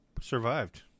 survived